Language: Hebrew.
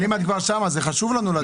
אם את כבר שם, חשוב לנו לדעת.